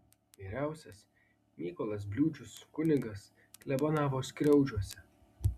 vyriausias mykolas bliūdžius kunigas klebonavo skriaudžiuose